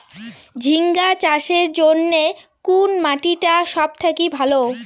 ঝিঙ্গা চাষের জইন্যে কুন মাটি টা সব থাকি ভালো?